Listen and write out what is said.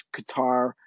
Qatar